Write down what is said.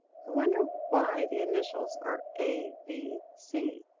i wonder why the initials are a v c.